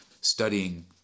Studying